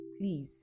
please